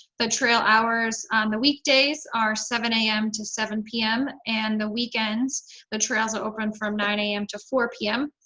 the trail hours on the weekdays are seven a m. to seven p m. and the weekends the trails are open from nine a m. to four p m.